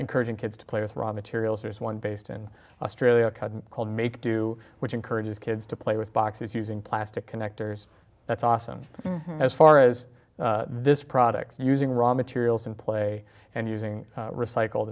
encouraging kids to play with raw materials there's one based in australia cut called make to which encourages kids to play with boxes using plastic connectors that's awesome as far as this product using raw materials in play and using recycled